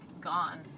gone